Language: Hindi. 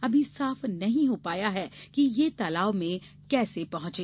अभी साफ नहीं हो पाया है कि ये तालाब में कैसे डूबे